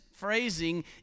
phrasing